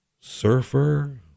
surfer